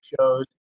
shows